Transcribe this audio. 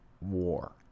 war